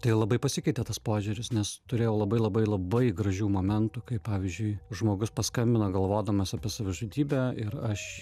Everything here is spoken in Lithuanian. tai labai pasikeitė tas požiūris nes turėjau labai labai labai gražių momentų kai pavyzdžiui žmogus paskambina galvodamas apie savižudybę ir aš